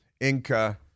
Inca